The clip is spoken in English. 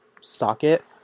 socket